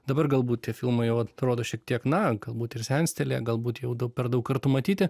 dabar galbūt tie filmai jau atrodo šiek tiek na galbūt ir senstelėję galbūt jau per daug kartų matyti